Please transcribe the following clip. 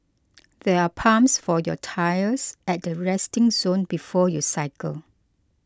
there are pumps for your tyres at the resting zone before you cycle